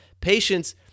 patience